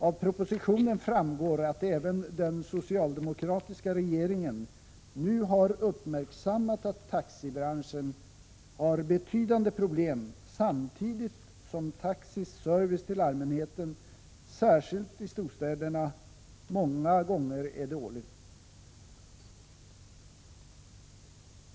Av propositionen framgår att även den socialdemokratiska regeringen nu har uppmärksammat att taxibranschen har betydande problem, samtidigt som taxis service till allmänheten särskilt i storstäderna många gånger är dålig.